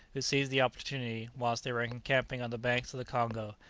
who seized the opportunity, whilst they were encamping on the banks of the congo,